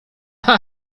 cha